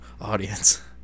audience